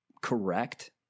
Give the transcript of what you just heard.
correct